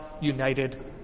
united